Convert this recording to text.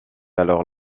alors